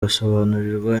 basobanurirwa